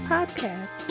Podcast